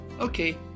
Okay